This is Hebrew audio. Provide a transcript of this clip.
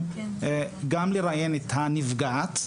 את הנפגעת,